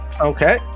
Okay